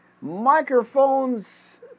Microphones